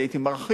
אני הייתי מרחיב,